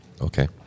Okay